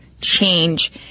change